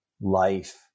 life